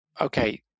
okay